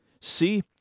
See